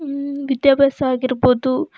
ವಿದ್ಯಾಭ್ಯಾಸ ಆಗಿರ್ಬೋದು